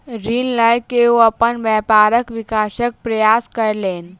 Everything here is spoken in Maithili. ऋण लय के ओ अपन व्यापारक विकासक प्रयास कयलैन